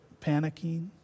panicking